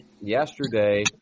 yesterday